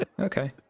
Okay